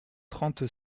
trente